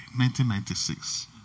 1996